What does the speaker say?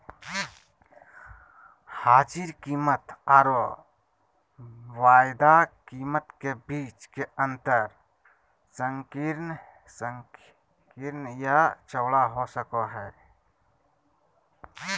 हाजिर कीमतआरो वायदा कीमत के बीच के अंतर संकीर्ण या चौड़ा हो सको हइ